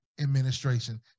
administration